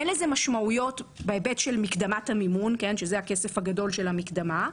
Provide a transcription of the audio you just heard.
אי לזה משמעויות בהיבט של מקדמת המימון שזה הכסף הגדול של המקדמה.